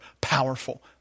powerful